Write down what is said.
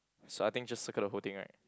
so I think just circle the whole thing right